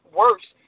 worse